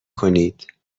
کنید